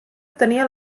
tenia